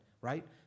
right